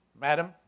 madam